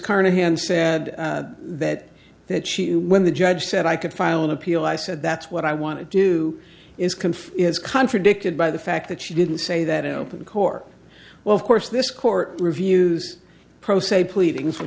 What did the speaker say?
carnahan said that that she when the judge said i could file an appeal i said that's what i want to do is confirm is contradicted by the fact that she didn't say that in open court well of course this court reviews pro se pleading